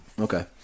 Okay